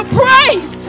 praise